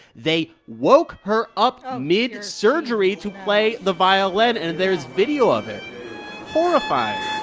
they woke her up ah mid-surgery to play the violin. and there is video of it horrifying